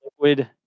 liquid